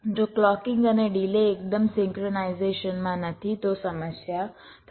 જો ક્લૉકિંગ અને ડિલે એકદમ સિંક્રનાઇઝેશનમાં નથી તો સમસ્યા થશે